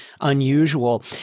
unusual